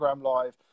Live